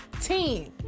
team